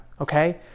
Okay